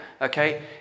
Okay